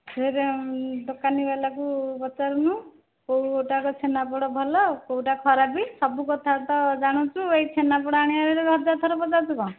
ଫେର ଦୋକାନୀବାଲାକୁ ପଚାରୁନୁ କେଉଁ ଗୋଟାକ ଛେନାପୋଡ଼ ଭଲ କେଉଁଟା ଖରାପ ସବୁ କଥା ତ ଜାଣୁଛୁ ଏଇ ଛେନାପୋଡ଼ ଆଣିବା କଥାରେ ହଜାର ଥର ପଚାରୁଛୁ କ'ଣ